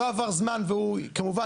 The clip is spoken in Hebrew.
לא עבר זמן והוא כמובן,